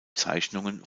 zeichnungen